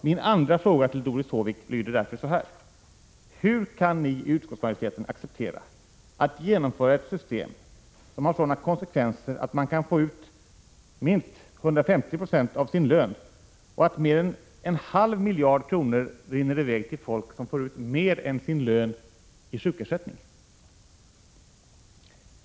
Min andra fråga till Doris Håvik lyder därför: Hur kan ni i utskottsmajoriteten acceptera att genomföra ett system som har sådana konsekvenser att man kan få ut minst 150 96 av sin lön och att mer än en halv miljard kronor rinner i väg till folk som får ut mer än sin lön i sjukersättning?